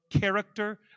character